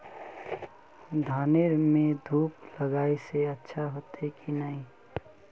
धानेर में धूप लगाए से अच्छा होते की नहीं?